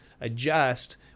adjust